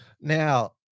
Now